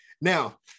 Now